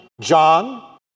John